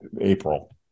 April